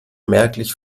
merklich